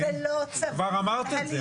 כבר אמרת את זה.